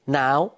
now